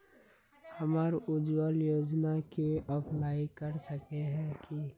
हम उज्वल योजना के अप्लाई कर सके है की?